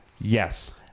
Yes